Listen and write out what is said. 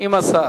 עם השר.